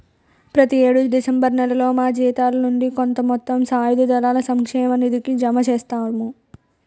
ప్రతి యేడు డిసెంబర్ నేలలో మా జీతాల నుండి కొంత మొత్తం సాయుధ దళాల సంక్షేమ నిధికి జమ చేస్తాము